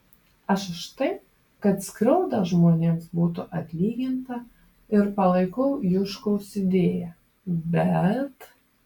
aš už tai kad skriauda žmonėms būtų atlyginta ir palaikau juškaus idėją bet